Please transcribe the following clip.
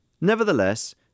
Nevertheless